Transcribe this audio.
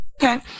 Okay